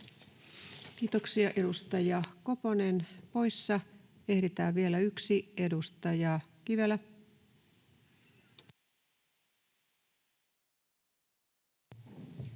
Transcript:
Kiitoksia. — Edustaja Koponen, poissa. Ehditään vielä yksi: edustaja Kivelä. Arvoisa